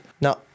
no